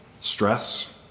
stress